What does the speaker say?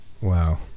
Wow